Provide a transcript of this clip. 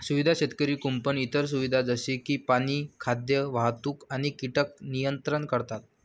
सुविधा शेतकरी कुंपण इतर सुविधा जसे की पाणी, खाद्य, वाहतूक आणि कीटक नियंत्रण करतात